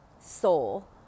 soul